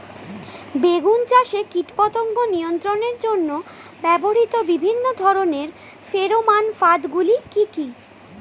বেগুন চাষে কীটপতঙ্গ নিয়ন্ত্রণের জন্য ব্যবহৃত বিভিন্ন ধরনের ফেরোমান ফাঁদ গুলি কি কি?